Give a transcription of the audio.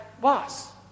boss